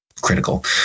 critical